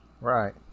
right